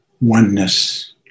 oneness